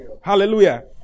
Hallelujah